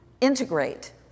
integrate